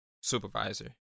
supervisor